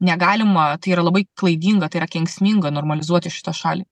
negalima tai yra labai klaidinga tai yra kenksminga normalizuoti šitą šalį